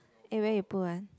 eh where you put one